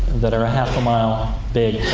that are a half a mile big